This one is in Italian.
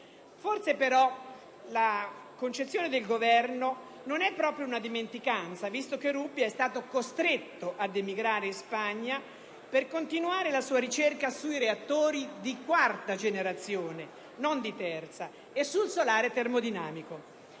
Forse però la concezione del Governo non è proprio una dimenticanza, visto che Rubbia è stato costretto ad emigrare in Spagna per continuare la sua ricerca sui reattori di quarta generazione, non di terza, e sul solare termodinamico.